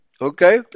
Okay